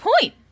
point